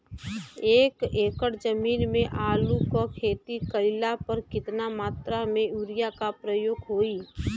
एक एकड़ जमीन में आलू क खेती कइला पर कितना मात्रा में यूरिया क प्रयोग होई?